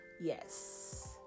Yes